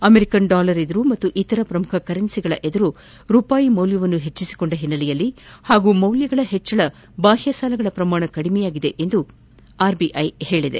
American dollar ಎದುರು ಹಾಗೂ ಇತರೆ ಪ್ರಮುಖ ಕರೆನ್ಸಿಗಳೆದುರು ರೂಪಾಯಿ ಮೌಲ್ಯವನ್ನು ಹೆಚ್ಚಿಸಿಕೊಂಡ ಹಿನ್ನೆಲೆಯಲ್ಲಿ ಹಾಗೂ ಮೌಲ್ಯಗಳ ಹೆಚ್ಚಳ ಬಾಹ್ಯ ಸಾಲಗಳ ಪ್ರಮಾಣ ಕಡಿಮೆಯಾಗಿದೆ ಎಂದು ಆರ್ಬಿಐ ಹೇಳಿದೆ